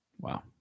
Wow